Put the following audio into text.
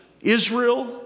Israel